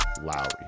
Lowry